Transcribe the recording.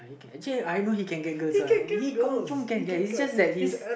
actually I know he can get girls one he confirm can can it's just that his